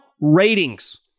Ratings